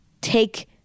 take